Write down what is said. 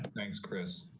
thanks, chris.